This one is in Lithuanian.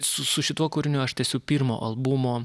su su šituo kūriniu aš tęsiu pirmo albumo